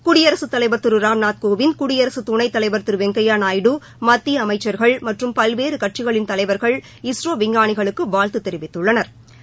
குடியரசுத் தலைவர் திரு ராம்நாத்கோவிந்த் குடியரசு துணைத்தலைவர் திரு வெங்கையா நாயுடு மத்திய அமைச்சர்கள் மற்றும் பல்வேறு கட்சிகளின் தலைவர்கள் இஸ்ரோ விஞ்ஞாளிகளுக்கு வாழ்த்து தெரிவித்துள்ளனா்